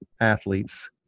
athletes